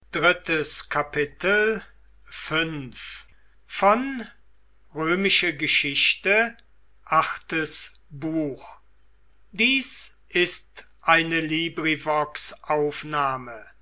sind ist eine